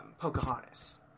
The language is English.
Pocahontas